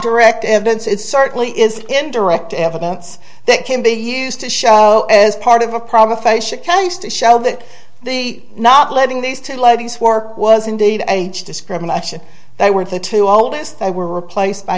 direct evidence it certainly is indirect evidence that can be used to show as part of a problem facia case to show that the not letting these two ladies work was indeed age discrimination they were the two oldest and were replaced by